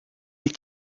les